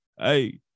hey